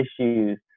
issues